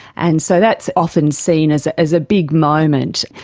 and so that's often seen as as a big moment.